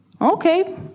Okay